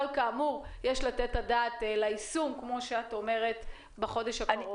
אבל כאמור, יש לתת את הדעת ליישום בחודש הקרוב.